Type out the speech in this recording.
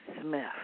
Smith